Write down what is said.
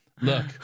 Look